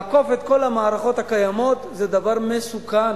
לעקוף את כל המערכות הקיימות זה דבר מסוכן.